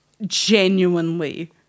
Genuinely